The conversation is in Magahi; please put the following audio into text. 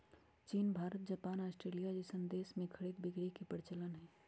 चीन भारत जापान अस्ट्रेलिया जइसन देश में खरीद बिक्री के परचलन हई